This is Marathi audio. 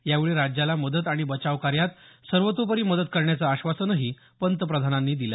यावेळी राज्याला मदत आणि बचावकार्यात सर्वतोपरी मदत करण्याचं आश्वासनही पंतप्रधानांनी दिलं